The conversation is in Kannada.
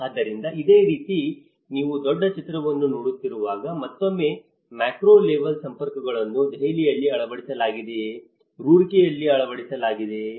ಆದ್ದರಿಂದ ಅದೇ ರೀತಿ ನೀವು ದೊಡ್ಡ ಚಿತ್ರವನ್ನು ನೋಡುತ್ತಿರುವಾಗ ಮತ್ತೊಮ್ಮೆ ಮ್ಯಾಕ್ರೋ ಲೆವೆಲ್ ಸಂಪರ್ಕಗಳನ್ನು ದೆಹಲಿಯಲ್ಲಿ ಅಳವಡಿಸಲಾಗಿದೆಯೇ ರೂರ್ಕಿಯಲ್ಲಿ ಅಳವಡಿಸಲಾಗಿದೆಯೇ